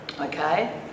Okay